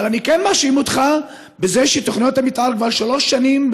אבל אני כן מאשים אותך בזה שתוכניות המתאר כבר שלוש שנים,